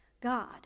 God